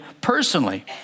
personally